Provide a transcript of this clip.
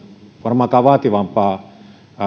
varmaankaan vaativampaa